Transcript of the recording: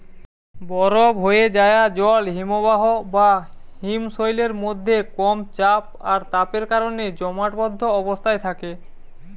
বরফ হোয়ে যায়া জল হিমবাহ বা হিমশৈলের মধ্যে কম চাপ আর তাপের কারণে জমাটবদ্ধ অবস্থায় থাকে